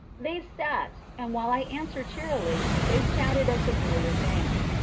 they sat, and while i answered cheerily, they chatted of familiar things.